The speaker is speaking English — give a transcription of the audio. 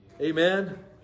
Amen